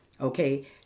Okay